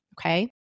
Okay